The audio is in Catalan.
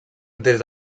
des